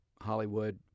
Hollywood